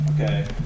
okay